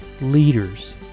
leaders